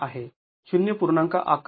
११ आहे ०